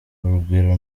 urugwiro